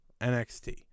NXT